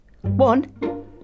One